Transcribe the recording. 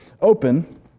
open